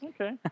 Okay